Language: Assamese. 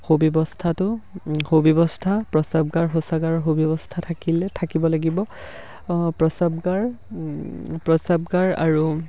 সুব্যৱস্থাটো প্ৰস্ৰাৱগাৰ শৌচাগাৰৰ সুব্যৱস্থা থাকিলে থাকিব লাগিব প্ৰস্ৰাৱগাৰ আৰু